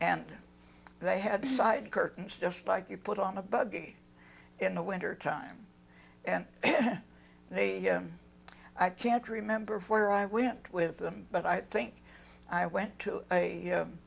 and they had side curtains just like you put on a buggy in the winter time and i can't remember where i went with them but i think i went to a